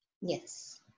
Yes